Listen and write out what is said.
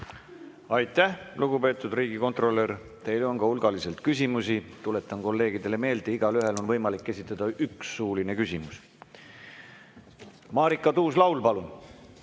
Aitäh, lugupeetud riigikontrolör! Teile on ka hulgaliselt küsimusi. Tuletan kolleegidele meelde: igaühel on võimalik esitada üks suuline küsimus. Marika Tuus-Laul, palun!